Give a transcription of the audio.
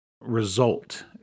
result